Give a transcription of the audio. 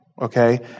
okay